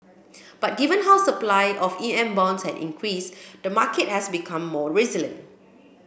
but given how supply of E M bonds has increased the market has become more resilient